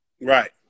Right